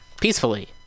peacefully